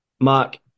Mark